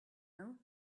know